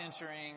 entering